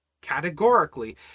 categorically